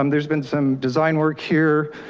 um there's been some design work here.